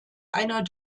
einer